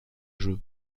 jeu